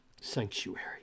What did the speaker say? sanctuary